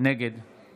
נגד